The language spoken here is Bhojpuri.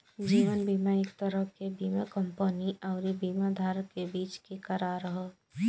जीवन बीमा एक तरह के बीमा कंपनी अउरी बीमा धारक के बीच के करार ह